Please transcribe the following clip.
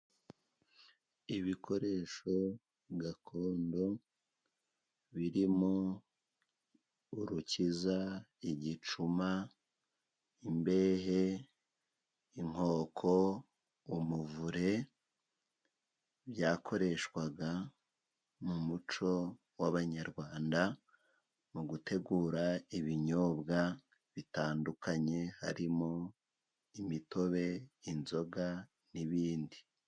Ibikoresho gakondo birimo urukiza, igicuma, imbehe, inkoko, umuvure, byakoreshwaga mu muco w'abanyarwanda mu gutegura ibinyobwa bitandukanye harimo imitobe, inzoga, n'ibindi.